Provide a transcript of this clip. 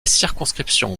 circonscription